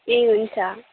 ए हुन्छ